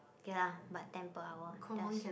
k lah but ten per hour just